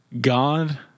God